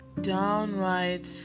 downright